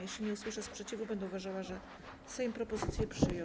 Jeśli nie usłyszę sprzeciwu, będę uważała, że Sejm propozycję przyjął.